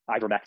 ivermectin